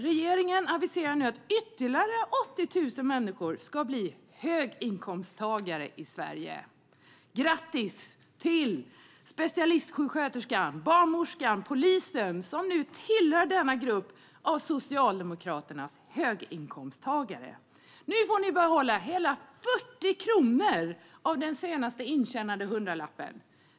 Regeringen aviserar nu att ytterligare 80 000 människor ska bli höginkomsttagare i Sverige. Grattis till specialistsjuksköterskan, barnmorskan, polisen som nu tillhör denna grupp av Socialdemokraternas höginkomsttagare! Nu får ni behålla hela 40 kronor av den sist intjänade hundralappen.